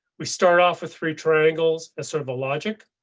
we start off with three triangles as sort of a logic.